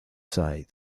side